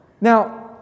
Now